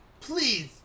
please